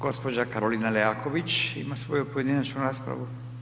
Gospođa Karolina Leaković ima svoju pojedinačnu raspravu.